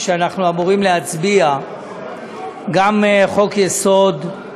ואנחנו אמורים להצביע עליהם, גם חוק-יסוד: